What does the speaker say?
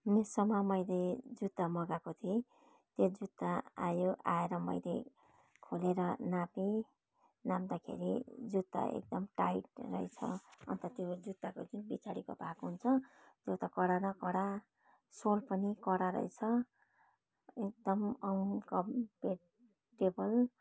मिसोमा मैले जुत्ता मगाएको थिएँ त्यो जुत्ता आयो आएर मैले खोलेर नापेँ नाप्दाखेरि जुत्ता एकदम टाइट रहेछ अन्त त्यो जुत्ताको जुन पिछाडिको भाग हुन्छ त्यो त कडा न कडा सोल पनि कडा रहेछ एकदम अनकम्फोर्टेबल